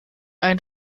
ein